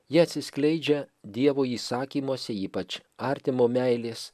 ji atsiskleidžia dievo įsakymuose ypač artimo meilės